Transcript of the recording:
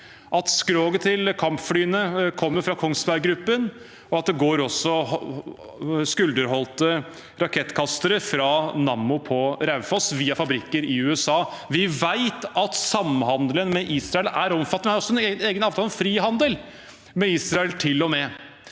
at skroget til kampflyene kommer fra Kongsberg Gruppen, og at det også går skulderholdte rakettkastere fra Nammo på Raufoss via fabrikker i USA. Vi vet at samhandelen med Israel er omfattende. Vi har til og med en egen avtale om frihandel med Israel. Så vårt